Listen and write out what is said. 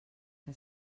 que